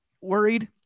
worried